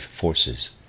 forces